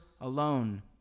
alone